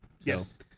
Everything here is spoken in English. Yes